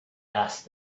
asked